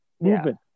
movement